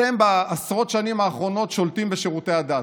אתם, בעשרות השנים האחרונות, שולטים בשירותי הדת.